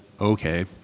okay